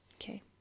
Okay